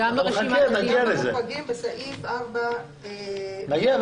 נמצאים בסעיף 4 בעמוד 12. נגיע לזה.